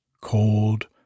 cold